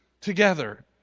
together